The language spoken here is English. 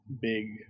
big